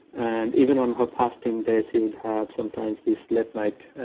and even on her fasting day she would have sometimes this late night